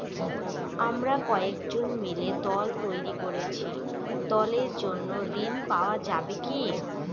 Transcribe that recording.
আমরা কয়েকজন মিলে দল তৈরি করেছি দলের জন্য ঋণ পাওয়া যাবে কি?